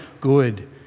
good